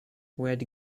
what